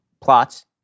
plots